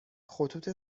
خطوط